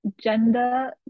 gender